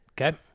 Okay